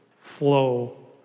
flow